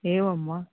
एवं वा